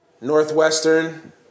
Northwestern